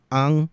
ang